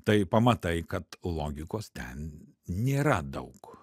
tai pamatai kad logikos ten nėra daug